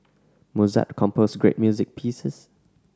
Mozart composed great music pieces